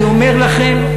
אני אומר לכם,